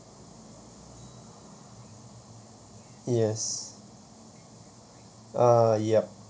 yes uh ya